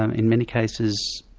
um in many cases,